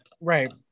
Right